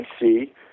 see